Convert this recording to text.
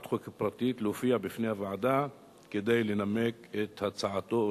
חוק פרטית יופיע בפני הוועדה כדי לנמק את הצעתו,